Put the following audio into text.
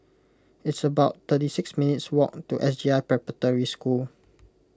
it's about thirty minutes' walk to S J I Preparatory School